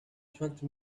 twenty